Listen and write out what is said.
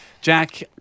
Jack